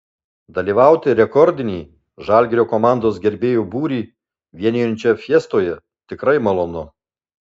dalyvauti rekordinį žalgirio komandos gerbėjų būrį vienijančioje fiestoje tikrai malonu